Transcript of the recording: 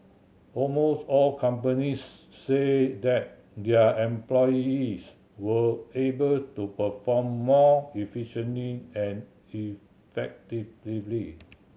almost all companies say that their employees were able to perform more efficiently and effectively